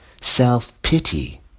self-pity